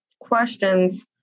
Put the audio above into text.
questions